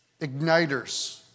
igniters